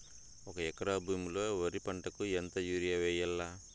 ఒక ఎకరా భూమిలో వరి పంటకు ఎంత యూరియ వేయల్లా?